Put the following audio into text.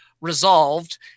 resolved